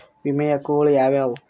ವಿಮೆಯ ಹಕ್ಕುಗಳು ಯಾವ್ಯಾವು?